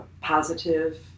positive